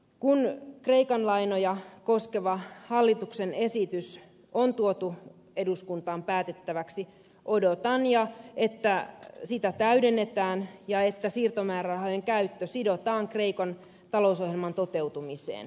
kun kreikan lainoja koskeva hallituksen esitys on tuotu eduskuntaan päätettäväksi odotan että sitä täydennetään ja että siirtomäärärahojen käyttö sidotaan kreikan talousohjelman toteutumiseen